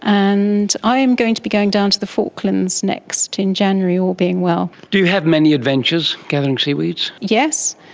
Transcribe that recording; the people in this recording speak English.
and i'm going to be going down to the falklands next in january, all being well. do you have many adventures, gathering seaweeds? yes.